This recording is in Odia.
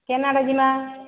କେନ୍ ଆଡ଼େ ଜିମା